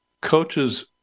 coaches